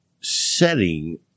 setting